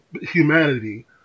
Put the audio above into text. humanity